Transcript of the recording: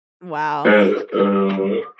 Wow